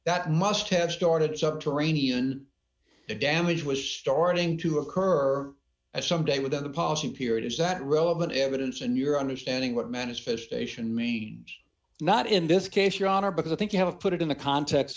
that must have started to rain even the damage was starting to occur at some day within the policy period is that relevant evidence in your understanding what manifestation mean not in this case your honor because i think you have put it in the context